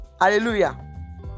Hallelujah